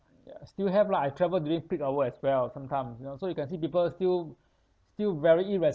ya still have lah I travel during peak hour as well sometimes you know so you can see people still still very